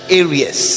areas